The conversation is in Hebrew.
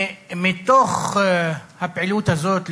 מתוך הפעילות הזאת,